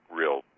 real